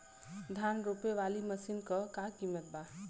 धान रोपे वाली मशीन क का कीमत बा?